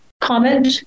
comment